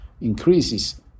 increases